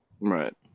Right